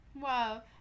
Wow